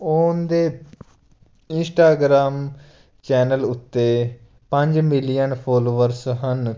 ਉਹਦੇ Instagram channel ਉੱਤੇ ਪੰਜ ਮਿਲੀਅਨ ਫੋਲੋਵਰਸ ਹਨ